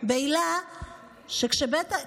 לעילה זו.